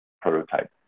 prototype